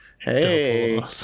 Hey